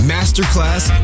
Masterclass